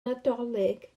nadolig